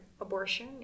abortion